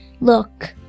look